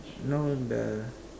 now the